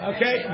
Okay